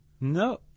No